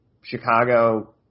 Chicago